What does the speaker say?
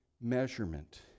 measurement